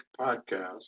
podcast